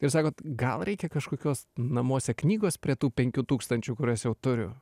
ir sakot gal reikia kažkokios namuose knygos prie tų penkių tūkstančių kuriuos jau turiu